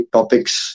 Topics